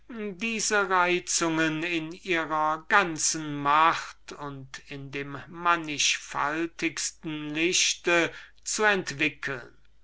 diese reizungen in ihrer ganzen macht und in dem mannigfaltigsten lichte zu entwickeln